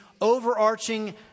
overarching